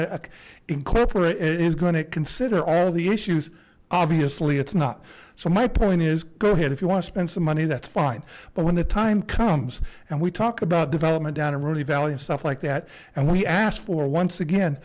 a incorporate it is going to consider all the issues obviously it's not so my point is go ahead if you want to spend some money that's fine but when the time comes and we talk about development down and rohde valley and stuff like that and we asked for once again